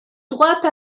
droite